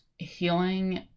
healing